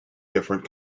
different